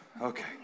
okay